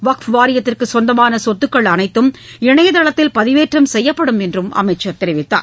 வக்ஃபு வாரியத்திற்கு சொந்தமான சொத்துக்கள் அனைத்தும் இணையதளத்தில் பதிவேற்றம் செய்யப்படும் என்றும் அமைச்சர் கூறினார்